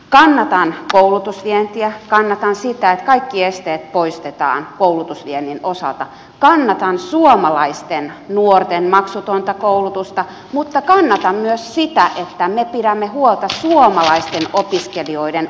kannatan koulutusvientiä kannatan sitä että kaikki esteet poistetaan koulutusviennin osalta kannatan suomalaisten nuorten maksutonta koulutusta mutta kannatan myös sitä että me pidämme huolta suomalaisten opiskelijoiden opiskelupaikoista